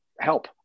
help